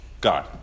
God